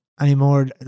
anymore